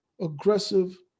aggressive